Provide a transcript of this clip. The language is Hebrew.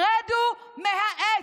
רדו מהעץ.